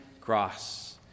cross